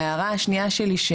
ההערה השנייה שלי,